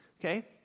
Okay